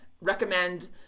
recommend